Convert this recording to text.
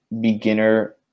beginner